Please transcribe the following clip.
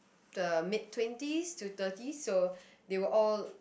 the mid twenties to thirties so they will all